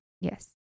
yes